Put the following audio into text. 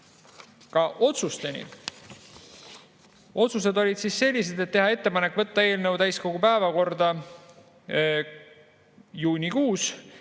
ka otsusteni. Otsused olid sellised. Teha ettepanek võtta eelnõu täiskogu päevakorda juunikuus,